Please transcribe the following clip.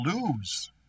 lose